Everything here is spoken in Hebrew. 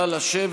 חברת הכנסת מארק,